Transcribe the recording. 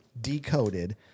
decoded